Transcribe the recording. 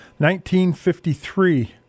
1953